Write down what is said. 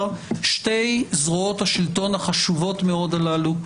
שתי זרועות השלטון החשובות מאוד הללו,